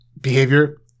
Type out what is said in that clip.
behavior